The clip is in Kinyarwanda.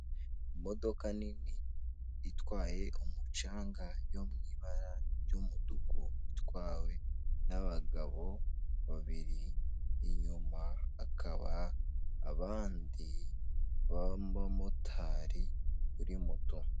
Imodoka nini itwaye umucanga yo mu ibara ry'umutuku itwawe n'abagabo babiri inyuma hakaba abandi b'abamotari kuri muto.